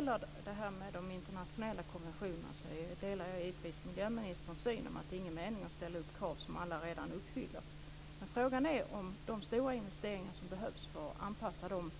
När det sedan gäller internationella konventioner delar jag givetvis miljöministerns syn att det inte är någon mening i att ställa upp krav som alla redan uppfyller, men frågan är om de stora investeringar som behövs för att anpassa de